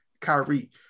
Kyrie